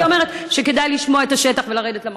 אני אומרת שכדאי לשמוע את השטח ולרדת למחלקות.